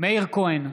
מאיר כהן,